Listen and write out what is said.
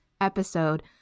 episode